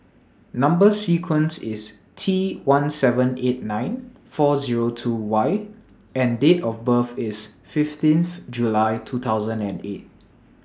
Number sequence IS T one seven eight nine four Zero two Y and Date of birth IS fifteen July two thousand and eight